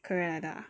career ladder ah